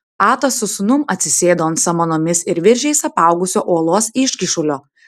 atas su sūnum atsisėdo ant samanomis ir viržiais apaugusio uolos iškyšulio